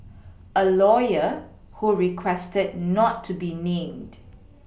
a lawyer who requested not to be named